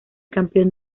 campeón